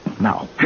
Now